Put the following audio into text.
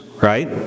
right